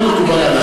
לא מקובל עלי.